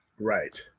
Right